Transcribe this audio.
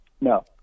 No